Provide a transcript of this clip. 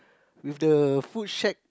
with the food shack